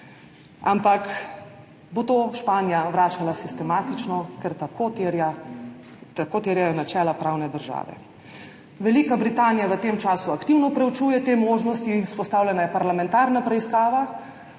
Ampak to bo Španija vračala sistematično, ker tako terjajo načela pravne države. Velika Britanija v tem času aktivno preučuje te možnosti. Vzpostavljena je parlamentarna preiskava,